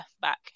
back